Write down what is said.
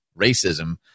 racism